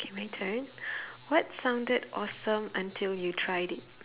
K my turn what sounded awesome until you tried it